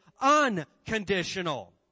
unconditional